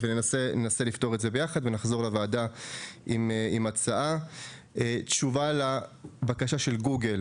ננסה לפתור את זה ביחד ונחזור לוועדה עם הצעה; תשובה לבקשה של גוגל